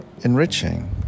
enriching